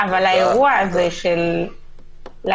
אבל האירוע הזה של משטרות